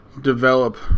develop